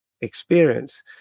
experience